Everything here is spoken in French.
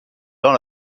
dans